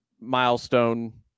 milestone